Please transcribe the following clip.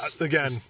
Again